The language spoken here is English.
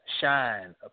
shine